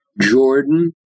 Jordan